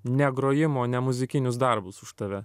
ne grojimo nemuzikinius darbus už tave